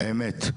אמת.